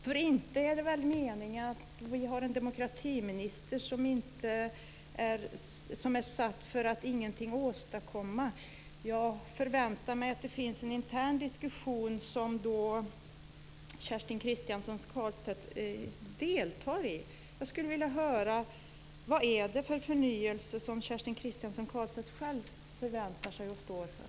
För inte är det väl meningen att vi har en demokratiminister som är satt för att ingenting åstadkomma? Jag förväntar mig att det finns en intern diskussion som Kerstin Kristiansson Karlstedt deltar i. Jag skulle vilja höra vad det är för förnyelse som Kerstin Kristiansson Karlstedt själv förväntar sig och står för.